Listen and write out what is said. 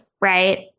Right